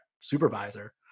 supervisor